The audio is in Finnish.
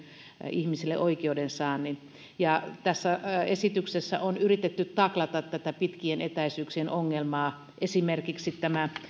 ihmisille oikeudensaannin tässä esityksessä on yritetty taklata tätä pitkien etäisyyksien ongelmaa esimerkiksi ovat nämä